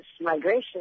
migration